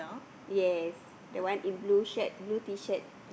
yes the one in blue shirt blue T-shirt